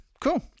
Cool